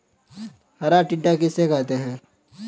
हरा टिड्डा किसे कहते हैं?